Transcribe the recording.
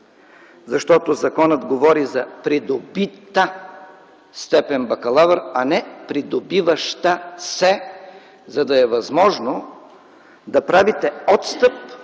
Законът говори за придобита степен „бакалавър”, а не придобиваща се степен, за да е възможно да правите отстъп